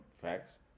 Facts